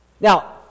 Now